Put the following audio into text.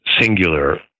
singular